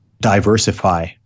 diversify